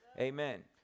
Amen